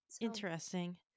Interesting